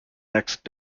next